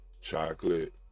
chocolate